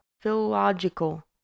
Philological